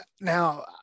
Now